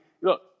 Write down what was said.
look